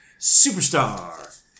Superstar